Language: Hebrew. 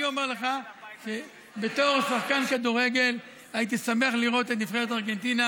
אני אומר לך שבתור שחקן כדורגל הייתי שמח לראות את נבחרת ארגנטינה